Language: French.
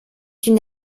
une